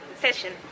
session